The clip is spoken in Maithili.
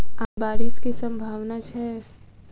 आय बारिश केँ सम्भावना छै?